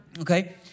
Okay